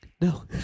No